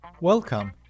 Welcome